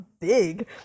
big